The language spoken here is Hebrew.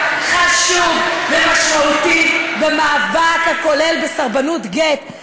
חשוב ומשמעותי במאבק הכולל בסרבנות גט,